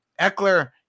Eckler